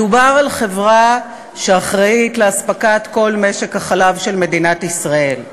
מדובר על חברה שאחראית לאספקת כל משק החלב של מדינת ישראל,